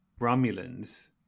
Romulans